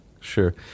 Sure